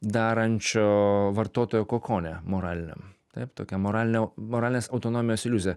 darančio vartotojo kokone moraliniam taip tokia moralinė moralinės autonomijos iliuzija